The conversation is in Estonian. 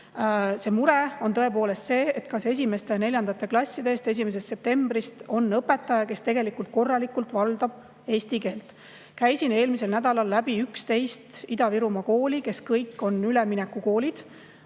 See mure on tõepoolest see, kas esimeste ja neljandate klasside ees 1. septembrist on õpetaja, kes tegelikult korralikult valdab eesti keelt. Käisin eelmisel nädalal läbi 11 Ida-Virumaa kooli, kes kõik on üleminekukoolid.